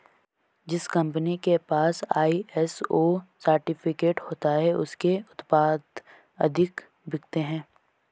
जिस कंपनी के पास आई.एस.ओ सर्टिफिकेट होता है उसके उत्पाद अधिक बिकते हैं